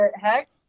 hex